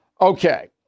Okay